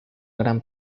gran